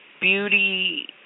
beauty